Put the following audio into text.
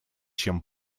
чем